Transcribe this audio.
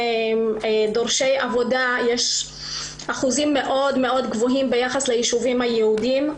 דורשי עבודה יש אחוזים גבוהים מאוד מאוד ביחס לישובים היהודיים.